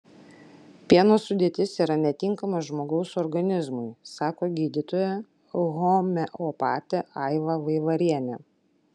pieno sudėtis yra netinkama žmogaus organizmui sako gydytoja homeopatė aiva vaivarienė